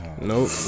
Nope